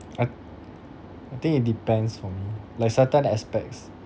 I think it depends for me like certain aspects